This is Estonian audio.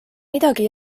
midagi